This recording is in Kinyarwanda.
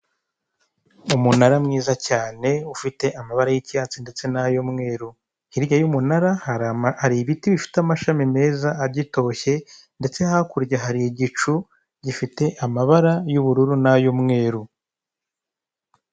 Umunara mwiza cyane, ufite amabara y'icyatsi ndetse n'ay'umweru. Hirya y'umunara hari ibiti bifite amabara meza agitoshye, ndetse hakurya hari igicu gifite amabara y'ubururu n'ay'umweru.